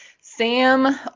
Sam